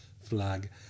flag